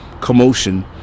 commotion